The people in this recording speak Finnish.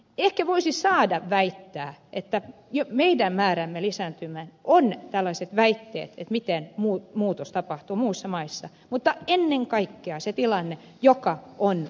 ehkä voisi saada väittää että meidän määrämme lisääntyminen on seurausta tällaisten väitteiden mukaisesti siitä mikä muutos tapahtuu muissa maissa mutta ennen kaikkea siitä tilanteesta joka on muualla